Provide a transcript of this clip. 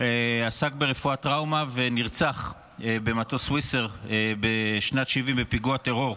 עסק ברפואת טראומה ונרצח במטוס סוויס אייר בשנת 1970 בפיגוע טרור.